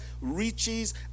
riches